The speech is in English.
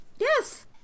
Yes